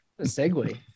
segue